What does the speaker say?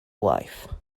wife